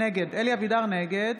אבידר, נגד